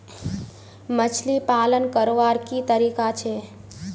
मछली पालन करवार की तरीका छे?